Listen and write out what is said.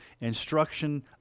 instruction